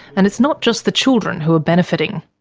and it's not just the children who are benefiting.